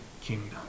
kingdom